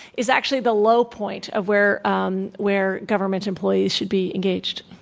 is actually the low point of where um where government employees should be engaged.